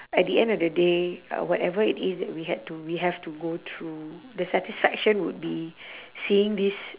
at the end of the day uh whatever it is that we had to we have to go through the satisfaction would be seeing these